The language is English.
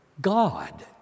God